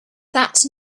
that